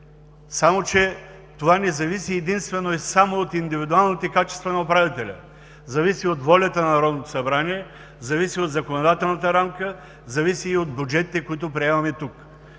Само че това не зависи единствено и само от индивидуалните качества на управителя, зависи от волята на Народното събрание, зависи от законодателната рамка, зависи и от бюджетите, които приемаме тук.